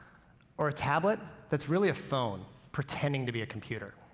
or a tablet that's really a phone pretending to be a computer.